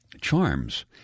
charms